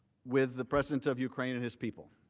with the president of ukraine and his people.